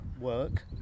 work